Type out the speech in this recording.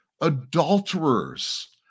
adulterers